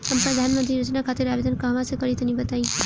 हम प्रधनमंत्री योजना खातिर आवेदन कहवा से करि तनि बताईं?